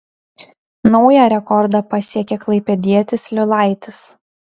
naują rekordą pasiekė klaipėdietis liulaitis